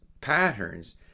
patterns